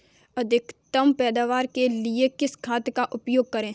अधिकतम पैदावार के लिए किस खाद का उपयोग करें?